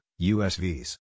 USVs